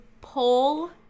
pull